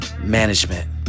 management